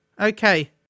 Okay